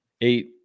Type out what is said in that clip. Eight